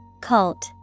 Cult